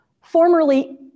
formerly